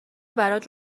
برات